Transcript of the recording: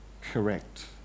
correct